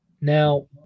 Now